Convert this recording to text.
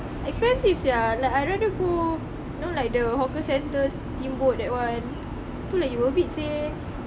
expensive sia like I rather go you know like the hawker centres steamboat that one tu lagi worth it seh